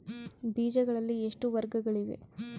ಬೇಜಗಳಲ್ಲಿ ಎಷ್ಟು ವರ್ಗಗಳಿವೆ?